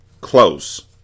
Close